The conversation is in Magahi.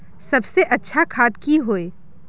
सबसे अच्छा खाद की होय?